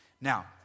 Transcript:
Now